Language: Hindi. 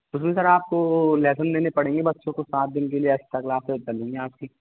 उसमें सर आपको लेसन देने पड़ेंगे बच्चों को सात दिन के लिए एक्स्ट्रा क्लासेज चलेंगी आपकी